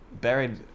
buried